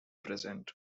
present